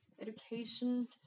education